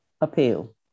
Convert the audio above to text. appeal